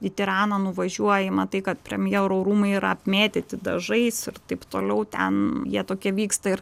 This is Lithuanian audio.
į tiraną nuvažiuoji matai kad premjero rūmai yra apmėtyti dažais ir taip toliau ten jie tokie vyksta ir